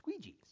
Squeegees